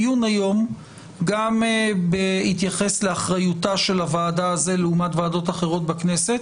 גם בהתייחס לאחריותה של הוועדה לעומת ועדות אחרות בכנסת